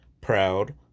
proud